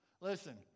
Listen